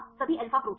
सभी alpha protein